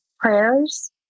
prayers